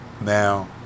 Now